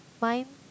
fine